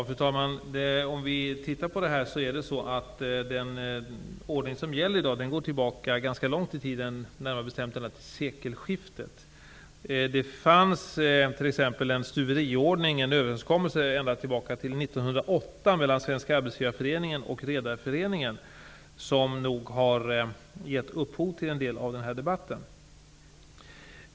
Fru talman! Den ordning som gäller i dag går ganska långt tillbaka i tiden, närmare bestämt till sekelskiftet. Det fanns t.ex. en stuveriordning -- en överenskommelse som gjordes redan 1908 mellan Redareföreningen -- som nog har gett upphov till en del av den här debatten.